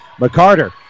McCarter